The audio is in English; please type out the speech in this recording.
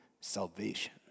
salvation